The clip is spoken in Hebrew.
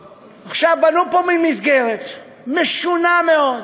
עכשיו, בנו פה מין מסגרת משונה מאוד,